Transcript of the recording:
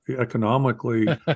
Economically